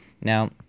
Now